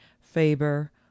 Faber